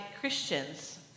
Christians